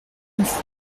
neuf